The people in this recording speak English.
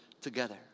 together